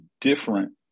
different